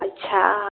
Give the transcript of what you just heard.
अच्छा